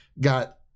got